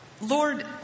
Lord